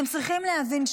אתם צריכים להבין,